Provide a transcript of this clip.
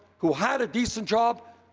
who had a decent job,